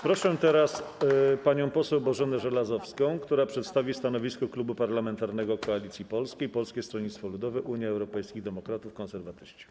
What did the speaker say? Proszę teraz panią poseł Bożenę Żelazowską, która przedstawi stanowisko Klubu Parlamentarnego Koalicja Polska - Polskie Stronnictwo Ludowe, Unia Europejskich Demokratów, Konserwatyści.